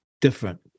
Different